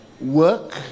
work